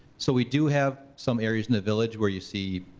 so we do have some areas in the village where you see